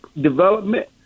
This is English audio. development